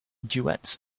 duets